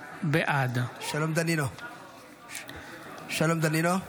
אינו נוכח ינון אזולאי,